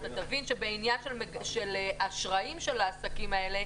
אתה תבין שבעניין של אשראים של העסקים האלה,